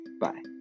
Bye